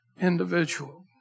individual